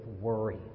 worry